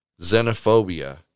xenophobia